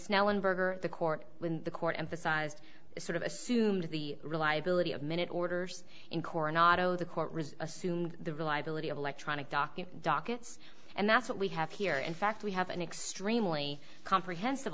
snellen berger the court when the court emphasized it sort of assumed the reliability of minute orders in coron auto the court assumed the reliability of electronic docking dockets and that's what we have here in fact we have an extremely comprehensive